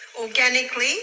organically